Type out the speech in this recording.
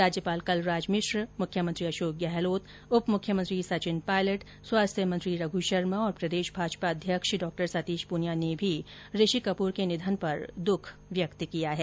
राज्यपाल कलराज मिश्र मुख्यमंत्री अशोक गहलोत उप मुख्यमंत्री सचिन पायलट स्वास्थ्य मंत्री रघु शर्मा और प्रदेश भाजपा अध्यक्ष डॉ सतीश पूनिया ने भी ऋषि कपूर के निधन पर दुख व्यक्त किया है